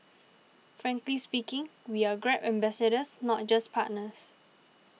frankly speaking we are Grab ambassadors not just partners